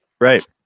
Right